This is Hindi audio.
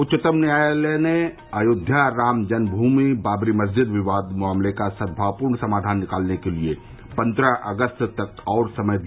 उच्चतम न्यायालय ने अयोध्या रामजन्म भूमि बाबरी मस्जिद विवाद मामले का सद्भाव पूर्ण समाधान निकालने के लिए पन्द्रह अगस्त तक का और समय दिया